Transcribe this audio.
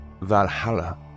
Valhalla